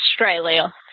Australia